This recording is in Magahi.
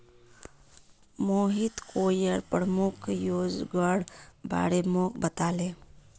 मोहित कॉयर प्रमुख प्रयोगेर बारे मोक बताले